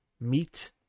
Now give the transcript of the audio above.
meet